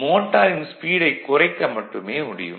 மோட்டாரின் ஸ்பீடைக் குறைக்க மட்டுமே முடியும்